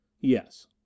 Yes